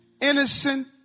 innocent